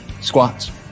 Squats